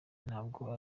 ntabwo